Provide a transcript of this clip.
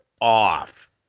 off